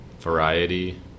variety